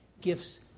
gifts